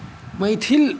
Maithil